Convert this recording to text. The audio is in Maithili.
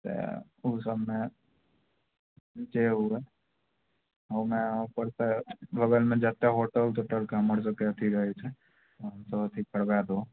तैँ उ सबमे जे हुए ओहुमे उपरसँ बगलमे जते होटल तोटलके हमर सबके अथी रहय छै हमसब अथी करबय देबो